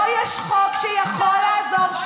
ופה יש חוק שיכול לעזור,